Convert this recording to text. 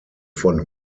von